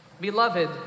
Beloved